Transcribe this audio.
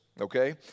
Okay